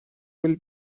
will